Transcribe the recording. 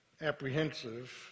apprehensive